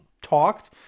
Talked